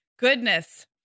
Goodness